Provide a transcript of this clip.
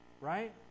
Right